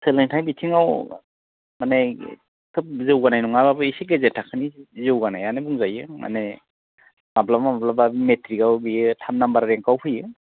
सोलोंथाइ बिथिङाव माने खोब जौगानाय नङाबाबो एसे गेजेर थाखोनि जौगानायानो बुंजायो माने माब्लाबा माब्लाबा मेट्रिकआव बियो थाम नाम्बार रेंक आव फैयो